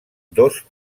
dos